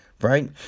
right